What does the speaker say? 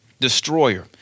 destroyer